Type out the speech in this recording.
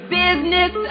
business